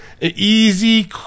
easy